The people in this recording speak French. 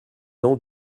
dents